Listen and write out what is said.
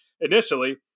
initially